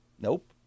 Nope